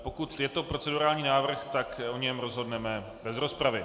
Pokud je to procedurální návrh, tak o něm rozhodneme bez rozpravy.